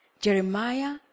Jeremiah